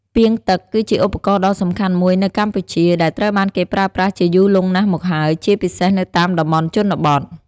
ពាងទឹក គឺជាឧបករណ៍ដ៏សំខាន់មួយនៅកម្ពុជា ដែលត្រូវបានគេប្រើប្រាស់ជាយូរលង់ណាស់មកហើយ ជាពិសេសនៅតាមតំបន់ជនបទ។